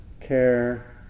care